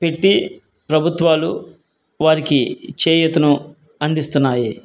పెట్టి ప్రభుత్వాలు వారికి చేయూతను అందిస్తున్నాయి